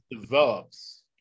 develops